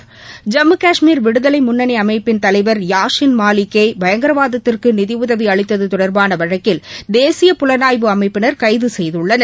ஐம்மு கஷ்மீர் விடுதலை முன்னணி அமைப்பின் தலைவர் யாசீன் மாலிக்கை பயங்கரவாதத்திற்கு நிதியுதவி அளித்தது தொடர்பான வழக்கில் தேசிய புலனாய்வு அமைப்பினர் கைது செய்துள்ளனர்